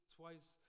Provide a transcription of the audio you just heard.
twice